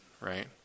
right